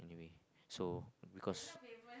so beacause